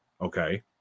Okay